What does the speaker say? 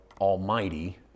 almighty